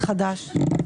מבחינה משפטית,